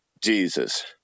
Jesus